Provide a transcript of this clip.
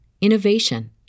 innovation